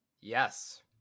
Yes